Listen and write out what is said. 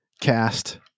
cast